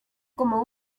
como